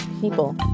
people